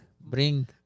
bring